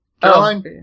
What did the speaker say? Caroline